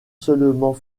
seulement